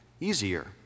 easier